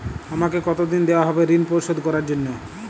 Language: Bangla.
আমাকে কতদিন দেওয়া হবে ৠণ পরিশোধ করার জন্য?